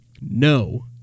No